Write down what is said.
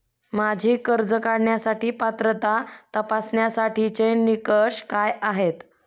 माझी कर्ज काढण्यासाठी पात्रता तपासण्यासाठीचे निकष काय आहेत?